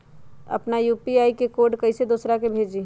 अपना यू.पी.आई के कोड कईसे दूसरा के भेजी?